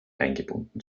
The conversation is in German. eingebunden